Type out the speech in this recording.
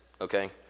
okay